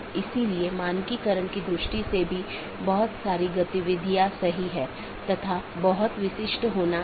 तो इस ईजीपी या बाहरी गेटवे प्रोटोकॉल के लिए लोकप्रिय प्रोटोकॉल सीमा गेटवे प्रोटोकॉल या BGP है